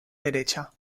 derecha